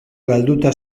galduta